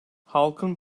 halkın